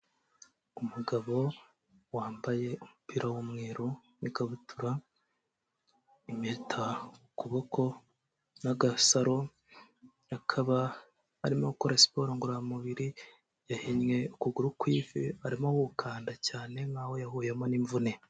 Umugabo wambaye umupira w'umweru n'ikabutura, impeta ku kuboko n'agasaro akaba arimo gukora siporo ngororamubiri, yahinnye ukuguru ku ivu arimo gukanda cyane nk'aho yahuyemo n'imvune.